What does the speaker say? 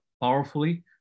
powerfully